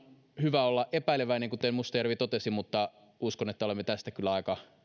hyvä olla epäileväinen kuten mustajärvi totesi mutta uskon että olemme tästä kyllä aika